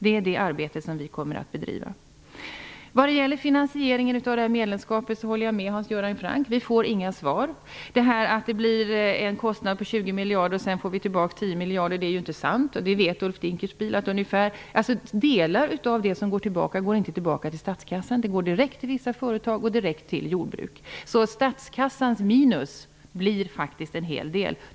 Det är det arbete som vi kommer att bedriva. Vad gäller finansieringen av medlemskapet håller jag med Hans Göran Franck om att vi inte får några svar. Att det blir en kostnad på 20 miljarder och att vi sedan får tillbaka 10 miljarder är inte sant. Ulf Dinkelspiel vet att delar av det som vi får tillbaka inte går tillbaka till statskassan utan direkt till vissa företag och jordbruk. Statskassans minus blir faktiskt ganska stort.